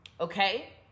okay